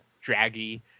draggy